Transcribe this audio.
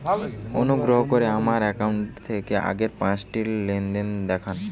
অনুগ্রহ করে আমার অ্যাকাউন্ট থেকে আগের পাঁচটি লেনদেন দেখান